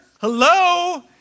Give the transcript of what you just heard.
hello